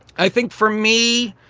i think for me,